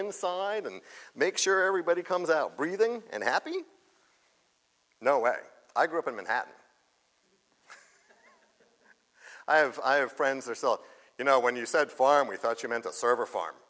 inside and make sure everybody comes out breathing and happy no way i grew up in manhattan i have friends there so you know when you said farm we thought you meant a server farm